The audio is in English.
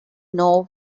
know